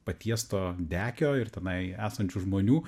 patiesto dekio ir tenai esančių žmonių